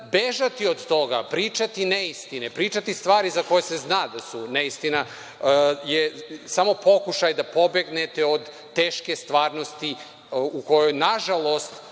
bežati od toga, pričati neistine, pričati stvari za koje se zna da su neistina, je samo pokušaj da pobegnete od teške stvarnosti u kojoj, nažalost,